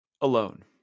alone